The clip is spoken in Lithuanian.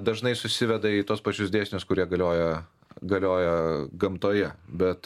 dažnai susiveda į tuos pačius dėsnius kurie galioja galioja gamtoje bet